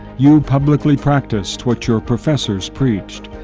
you publicly practiced what your professors preached,